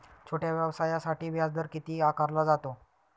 छोट्या व्यवसायासाठी व्याजदर किती आकारला जातो?